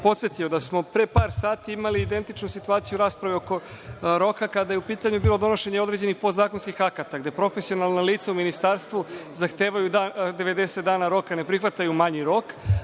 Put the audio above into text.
podsetio da smo pre par sati imali identičnu situaciju i raspravu oko roka, kada je u pitanju bilo donošenje određenih podzakonskih akata, gde profesionalna lica u Ministarstvu zahtevaju 90 dana roka, ne prihvataju manji rok,